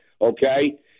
Okay